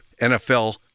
NFL